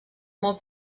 molt